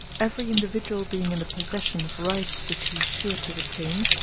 every individual being in the possession of rights which he is sure to retain,